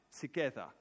together